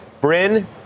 Bryn